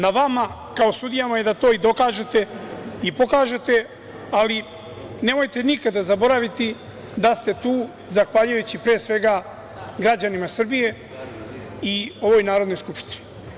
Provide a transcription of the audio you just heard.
Na vama kao sudijama je da to dokažete i pokažete, ali nemojte nikada zaboraviti da ste tu zahvaljujući, pre svega, građanima Srbije i ovoj Narodnoj skupštini.